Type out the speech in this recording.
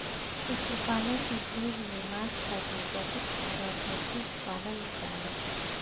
पशुपालन उद्योग में मांस खातिर बहुत सारा पशु पालल जालन